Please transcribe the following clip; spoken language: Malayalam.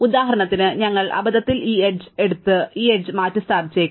ഉദാഹരണത്തിന് ഞങ്ങൾ അബദ്ധത്തിൽ ഈ എഡ്ജ് എടുത്ത് ഈ എഡ്ജ് മാറ്റിസ്ഥാപിച്ചേക്കാം